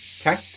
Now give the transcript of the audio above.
Okay